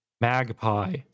Magpie